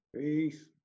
Peace